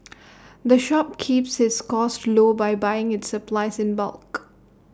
the shop keeps its costs low by buying its supplies in bulk